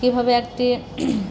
এভাবে আজকে